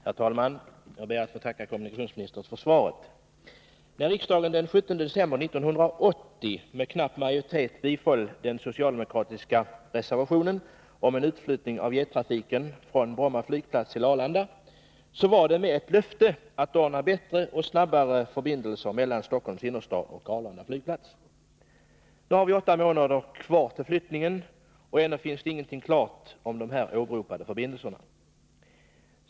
Herr talman! Jag ber att få tacka kommunikationsministern för svaret. När riksdagen den 17 december 1980 med knapp majoritet biföll den socialdemokratiska reservationen om en utflyttning av jettrafiken från Bromma flygplats till Arlanda, var det med ett löfte att ordna bättre och snabbare förbindelser mellan Stockholms innerstad och Arlanda flygplats. Nu har vi åtta månader kvar till flyttningen, och ännu finns det ingenting klart om de här åberopade förbindelserna.